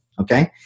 Okay